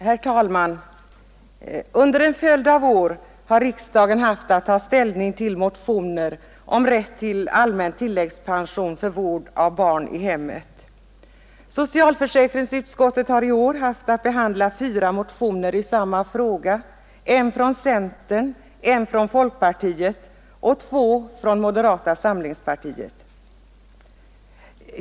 Herr talman! Under en följd av år har riksdagen haft att ta ställning till motioner om rätt till allmän tilläggspension för vård av barn i hemmet. Socialförsäkringsutskottet har i år haft att behandla fyra motioner i samma fråga: en från centern, en från folkpartiet och två från moderata samlingspartiet.